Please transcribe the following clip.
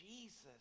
Jesus